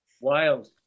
Wild